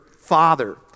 father